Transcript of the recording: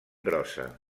grossa